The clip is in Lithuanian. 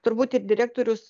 turbūt ir direktorius